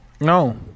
No